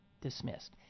dismissed